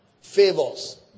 favors